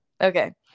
okay